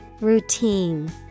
Routine